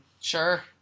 Sure